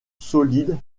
solide